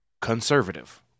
conservative